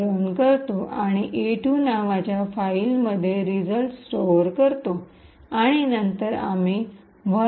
pyरन करतो आणि e2 नावाच्या फाईलमधे रिझल्ट स्टोआर करतो आणि नंतर आम्ही vuln